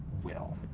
will?